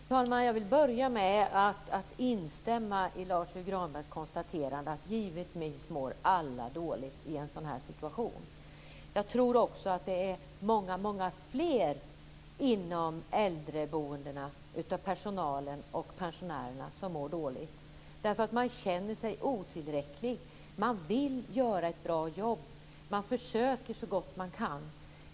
Fru talman! Jag vill börja med att instämma i Lars U Granbergs konstaterande, att alla givetvis mår dåligt i en sådan här situation. Det är nog många fler Man vill göra ett bra jobb, och man försöker så gott man kan.